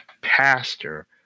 pastor